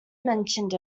mentioned